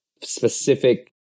specific